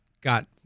got